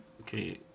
Okay